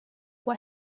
può